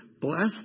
bless